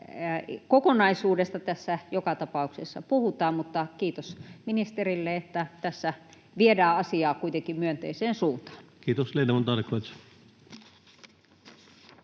kokonaisuudesta tässä joka tapauksessa puhutaan. Mutta kiitos ministerille, että tässä viedään asiaa kuitenkin myönteiseen suuntaan. [Speech